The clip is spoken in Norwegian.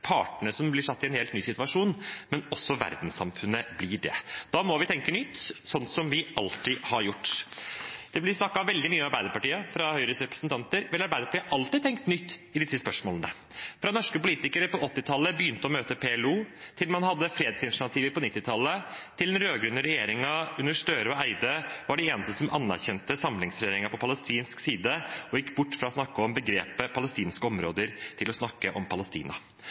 partene som blir satt i en helt ny situasjon, men også verdenssamfunnet blir det. Da må vi tenke nytt, sånn som vi alltid har gjort. Det blir snakket veldig mye om Arbeiderpartiet fra Høyres representanter. Vel, Arbeiderpartiet har alltid tenkt nytt i disse spørsmålene – fra da norske politikere på 1980-tallet begynte å møte PLO, til man hadde fredsinitiativer på 1990-tallet, og til den rød-grønne regjeringen, som med utenriksministrene Jonas Gahr Støre og Espen Barth Eide var den eneste som anerkjente samlingsregjeringen på palestinsk side og gikk bort fra å snakke om begrepet palestinske områder til å snakke om Palestina.